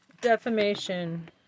defamation